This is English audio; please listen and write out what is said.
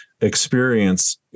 experience